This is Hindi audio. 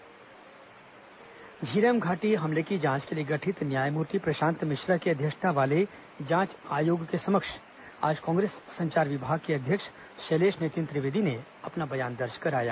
हाईकोर्ट झीरम घाटी झीरम घाटी हमले की जांच के लिए गठित न्यायमूर्ति प्रशांत मिश्रा की अध्यक्षता वाले जांच आयोग के समक्ष आज कांग्रेस संचार विभाग के अध्यक्ष शैलेश नितिन त्रिवेदी ने अपना बयान दर्ज कराया